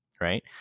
Right